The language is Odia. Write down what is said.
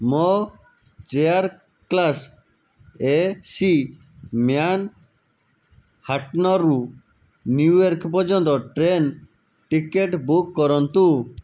ମୋ ଚେୟାର୍ କ୍ଲାସ୍ ଏ ସି ମ୍ୟାନ୍ ହାର୍ଟନରୁ ନ୍ୟୁୟର୍କ ପର୍ଯ୍ୟନ୍ତ ଟ୍ରେନ୍ ଟିକେଟ୍ ବୁକ୍ କରନ୍ତୁ